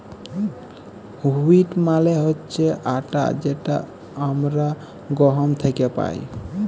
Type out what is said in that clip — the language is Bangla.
হুইট মালে হছে আটা যেট আমরা গহম থ্যাকে পাই